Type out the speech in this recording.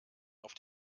auf